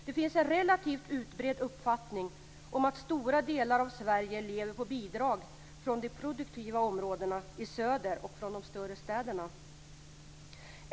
Det finns en relativt utbredd uppfattning om att stora delar av Sverige lever på bidrag från de produktiva områdena i söder och från de större städerna.